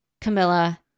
Camilla